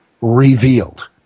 revealed